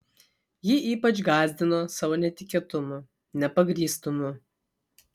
ji ypač gąsdino savo netikėtumu nepagrįstumu